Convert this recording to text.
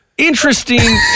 Interesting